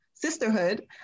Sisterhood